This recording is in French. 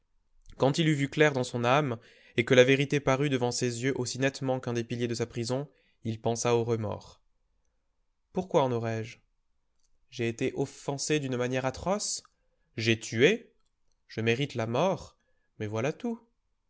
quand il eut vu clair dans son âme et que la vérité parut devant ses yeux aussi nettement qu'un des piliers de sa prison il pensa au remords pourquoi en aurais-je j'ai été offensé d'une manière atroce j'ai tué je mérite la mort mais voilà tout